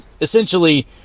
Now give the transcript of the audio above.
Essentially